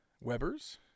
Weber's